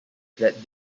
that